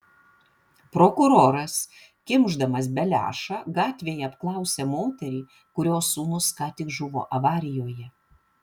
prokuroras kimšdamas beliašą gatvėje apklausia moterį kurios sūnus ką tik žuvo avarijoje